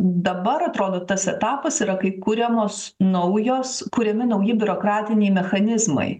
dabar atrodo tas etapas yra kai kuriamos naujos kuriami nauji biurokratiniai mechanizmai